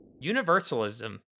universalism